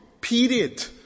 Period